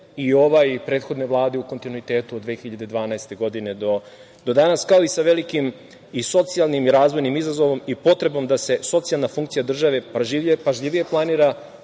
i ova i prethodne vlade u kontinuitetu od 2012. godine do danas, kao i sa velikim socijalnim i razvojnim izazovom i potrebom da se socijalna funkcija države pažljivije planira,